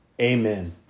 amen